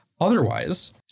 Otherwise